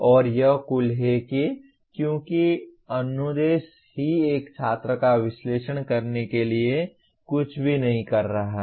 और यह कुल है क्योंकि अनुदेश ही एक छात्र का विश्लेषण करने के लिए कुछ भी नहीं कर रहा है